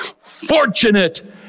fortunate